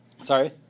Sorry